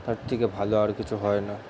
তার থেকে ভালো আর কিছু হয় না